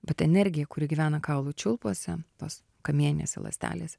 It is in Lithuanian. bet energija kuri gyvena kaulų čiulpuose tos kamieninėse ląstelėse